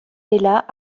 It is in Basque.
dela